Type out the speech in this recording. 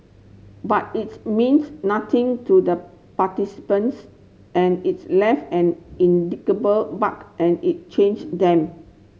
but it's nothing to the participants and it's left an mark and it change them